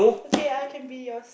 okay I can be yours